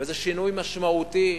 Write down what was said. וזה שינוי משמעותי.